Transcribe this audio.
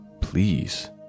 please